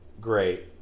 great